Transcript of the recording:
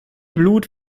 blut